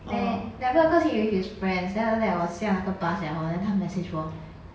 ne~ never cause he's with his friends then after that 我下那个 bus liao hor 他 message 我